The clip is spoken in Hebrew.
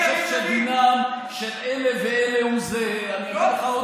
אני חושב שדינם של אלה ואלה הוא זהה.